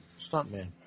stuntman